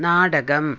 നാടകം